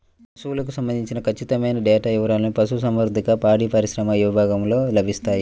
పశువులకు సంబంధించిన ఖచ్చితమైన డేటా వివారాలు పశుసంవర్ధక, పాడిపరిశ్రమ విభాగంలో లభిస్తాయి